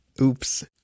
Oops